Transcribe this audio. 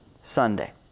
Sunday